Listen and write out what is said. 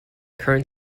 current